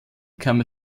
kam